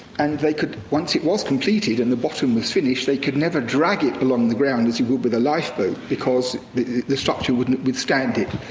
and they could, once it was completed, and the bottom was finished, they could never drag it along ground as you would with a lifeboat, because the structure wouldn't withstand it.